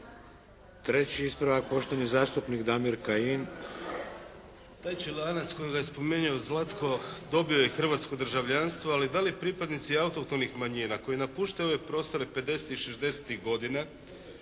Treći ispravak, poštovani zastupnik Damir Kajin. **Kajin, Damir (IDS)** Taj će lanac kojega je spomenio Zlatko, dobio je hrvatsko državljanstvo, ali da li pripadnici autohtonih manjina koji napuštaju ove prostore '50.-tih, '60.-tih godina,